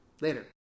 Later